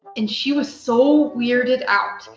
and she was so weirded out.